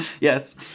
yes